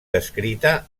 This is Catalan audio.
descrita